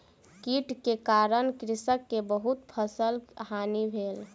कीट के कारण कृषक के बहुत फसिलक हानि भेल